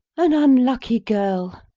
an unlucky girl!